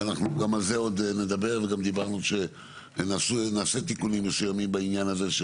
שאנחנו גם על זה עוד נדבר וגם דיברנו שנעשה תיקונים מסוימים בעניין הזה,